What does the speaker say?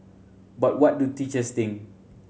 but what do teachers think